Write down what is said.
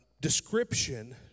description